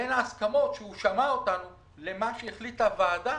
כשהוא שמע אותנו, בין ההסכמות למה שהחליטה הוועדה,